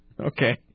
Okay